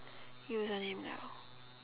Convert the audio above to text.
user the name now